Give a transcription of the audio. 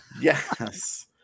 Yes